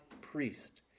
priest